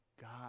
God